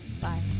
Bye